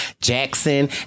Jackson